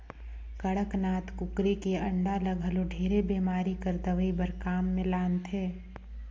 कड़कनाथ कुकरी के अंडा ल घलो ढेरे बेमारी कर दवई बर काम मे लानथे